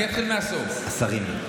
אני אתחיל מהסוף, השרים.